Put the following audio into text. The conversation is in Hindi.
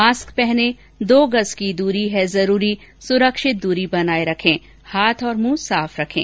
मास्क पहनें दो गज़ की दूरी है जरूरी सुरक्षित दूरी बनाए रखें हाथ और मुंह साफ रखें